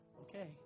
okay